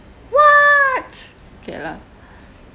what okay lah